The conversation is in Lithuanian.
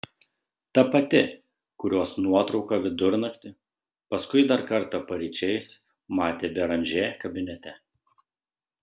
ta pati kurios nuotrauką vidurnaktį paskui dar kartą paryčiais matė beranžė kabinete